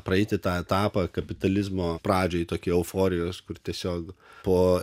praeiti tą etapą kapitalizmo pradžioj tokį euforijos kur tiesiog po